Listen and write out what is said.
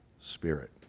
Spirit